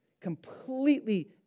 completely